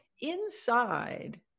inside